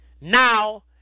now